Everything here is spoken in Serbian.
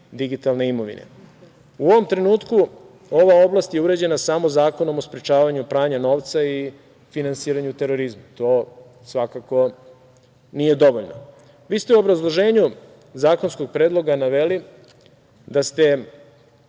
ovom trenutku ova oblast je uređena samo Zakonom o sprečavanju novca i finansiranju terorizma. To svakako nije dovoljno. Vi ste u obrazloženju zakonskog predloga naveli da ste